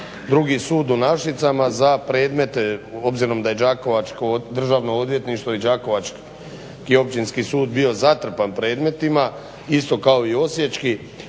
drugi Sud u Našicama obzirom da je đakovačko Državno odvjetništvo i đakovački Općinski sud bio zatrpan predmetima isto kao i osječki,